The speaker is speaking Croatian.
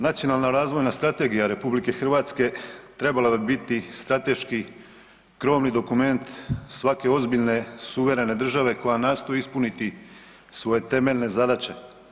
Nacionalna razvojna strategija RH trebala bi biti strateški krovni dokument svake ozbiljne suverene države koja nastoji ispuniti svoje temeljne zadaće.